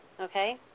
okay